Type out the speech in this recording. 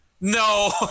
No